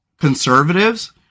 conservatives